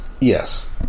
Yes